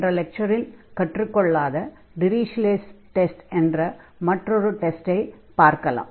சென்ற லெக்சரில் கற்றுக் கொள்ளாத டிரிஷ்லே'ஸ் டெஸ்ட் Dirichlet's test என்ற மற்றொரு டெஸ்டை பார்க்கலாம்